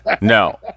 No